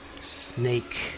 snake